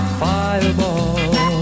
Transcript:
fireball